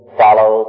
follow